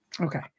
Okay